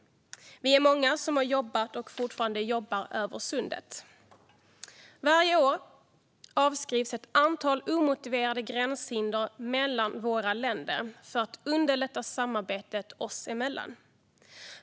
Vi är många som har jobbat och fortfarande jobbar över Sundet. Varje år avskrivs ett antal omotiverade gränshinder mellan våra länder för att underlätta samarbetet oss emellan.